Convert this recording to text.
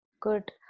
good